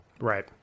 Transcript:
Right